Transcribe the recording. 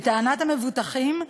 לטענת המבוטחים,